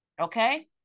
Okay